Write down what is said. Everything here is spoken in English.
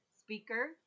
speaker